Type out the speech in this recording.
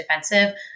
defensive